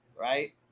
Right